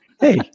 Hey